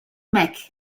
mac